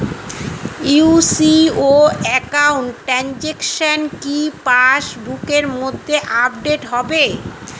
UCO account transaction কি পাস বুকের মধ্যে আপডেট হবে?